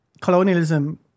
colonialism